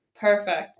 perfect